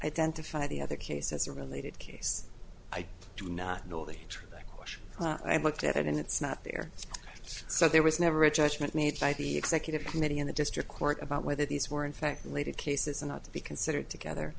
identify the other case as a related case i do not know that question i've looked at it and it's not there so there was never a judgment made by the executive committee in the district court about whether these were in fact related cases and ought to be considered together